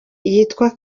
yitwa